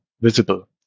Visible